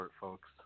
folks